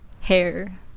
hair